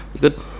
good